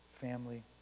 family